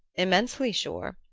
immensely sure,